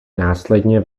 následně